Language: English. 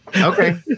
Okay